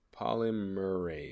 Polymerase